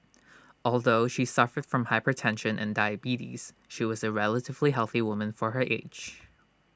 although she suffered from hypertension and diabetes she was A relatively healthy woman for her age